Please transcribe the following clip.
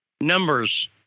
numbers